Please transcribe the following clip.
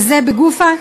וזה בגוף,